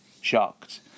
shocked